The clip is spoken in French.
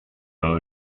dans